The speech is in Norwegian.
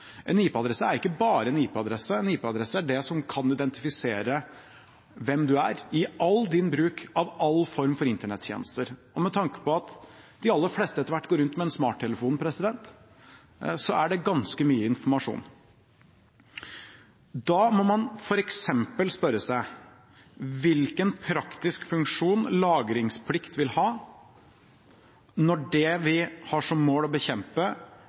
En IP-adresse er ikke bare en IP-adresse. En IP-adresse er det som kan identifisere hvem man er, i all bruk av alle former for internettjenester. Med tanke på at de aller fleste etter hvert går rundt med en smarttelefon, er det ganske mye informasjon. Da må man f.eks. spørre seg hvilken praktisk funksjon lagringsplikt vil ha, når det vi har som mål å bekjempe,